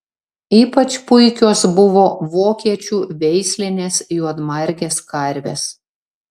ypač puikios buvo vokiečių veislinės juodmargės karvės